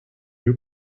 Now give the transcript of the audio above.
new